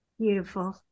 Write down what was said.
Beautiful